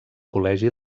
col·legi